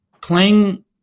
playing